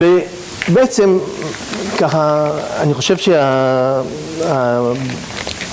ובעצם ככה, אני חושב שה...